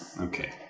Okay